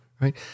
right